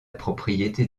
propriété